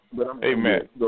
Amen